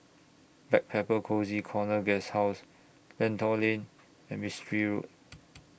Backpacker Cozy Corner Guesthouse Lentor Lane and Mistri Road